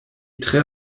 tre